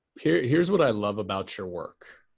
here's here's what i love about your work.